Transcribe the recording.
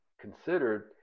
considered